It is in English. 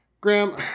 Graham